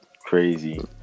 Crazy